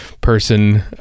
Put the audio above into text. person